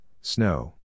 snow